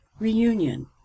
reunion